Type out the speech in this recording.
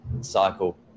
cycle